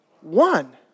one